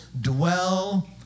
dwell